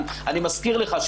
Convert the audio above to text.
אני מזכיר לך,